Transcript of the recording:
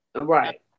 Right